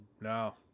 No